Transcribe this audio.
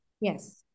Yes